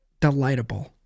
delightable